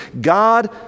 God